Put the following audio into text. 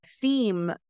theme